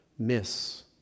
miss